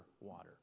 water